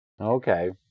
Okay